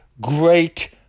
great